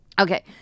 okay